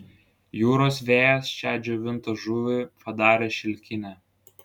jūros vėjas šią džiovintą žuvį padarė šilkinę